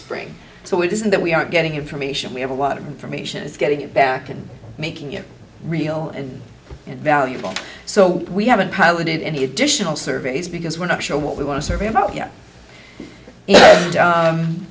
spring so it isn't that we aren't getting information we have a lot of information is getting it back and making it real and invaluable so we haven't piloted any additional surveys because we're not sure what we want to survey about yet